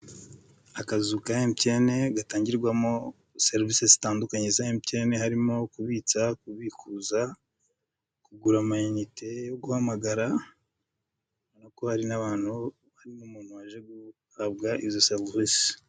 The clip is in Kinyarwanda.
Akazu ka emutiyene gatangirwamo serivisi zitandukanye za emutiyene harimo kubitsa, kubikuza, kugura amanite yo guhamagara, urabona ko hari n'abantu barimo umuntu waje guhabwa izo serivisi.